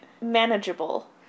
manageable